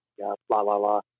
la-la-la